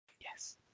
yes